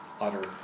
utter